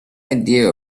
idea